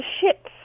ships